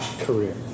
career